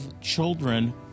children